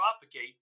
propagate